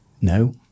no